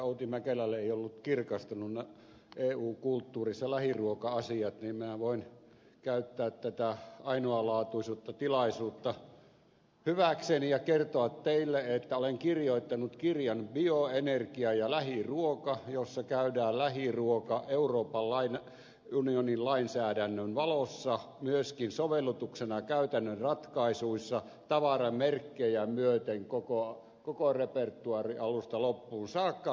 outi mäkelälle ei ollut kirkastununna eu kulttuurissa lähiruoka asiat niin minä voin käyttää tätä ainoalaatuista tilaisuutta hyväkseni ja kertoa teille että olen kirjoittanut kirjan bioenergia ja lähiruoka jossa käydään lähiruoka euroopan unionin lainsäädännön valossa myöskin sovellutuksena käytännön ratkaisuissa tavaramerkkejä myöten koko repertoaari alusta loppuun saakka